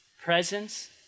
presence